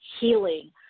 Healing